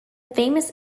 famous